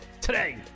Today